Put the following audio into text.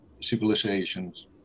civilizations